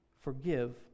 forgive